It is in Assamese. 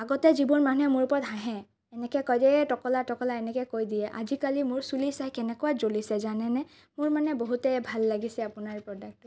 আগতে যিবোৰ মানুহে মোৰ ওপৰত হাঁহে এনেকৈ কয় যে এই টকলা টকলা এনেকৈ কৈ দিয়ে আজিকালি মোৰ চুলি চাই কেনেকুৱা জ্বলিছে জানেনে মোৰ মানে বহুতেই ভাল লাগিছে আপোনাৰ প্ৰডাক্টটো